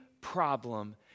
problem